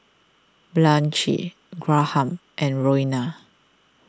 Blanchie Graham and Roena